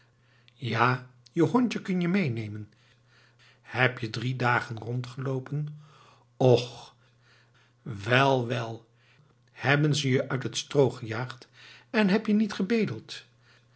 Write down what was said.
ja je hondje kun je meenemen heb je drie dagen rondgeloopen och wel wel hebben ze je uit het stroo gejaagd en heb je niet gebedeld